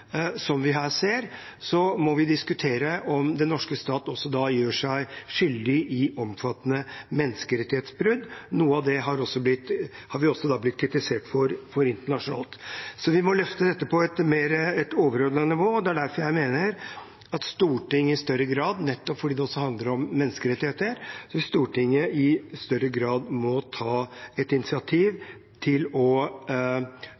som vi her ser – må vi diskutere om den norske stat også da gjør seg skyldig i omfattende menneskerettighetsbrudd. Noe av det har vi også blitt kritisert for internasjonalt. Vi må løfte dette opp på et overordnet nivå, og det er derfor jeg mener at Stortinget i større grad – nettopp fordi det også handler om menneskerettigheter – må ta et initiativ til å ta